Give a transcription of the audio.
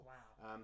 Wow